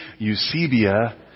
Eusebia